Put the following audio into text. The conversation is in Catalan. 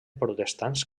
protestants